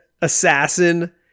Assassin